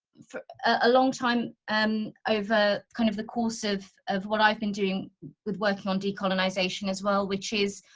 for a long time um over kind of the course of of what i've been doing with working on decolonization as well, which is